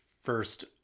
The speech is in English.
first